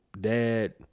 dad